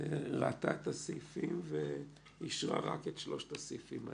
ראתה את הסעיפים ואישרה רק את שלושת הסעיפים האלה.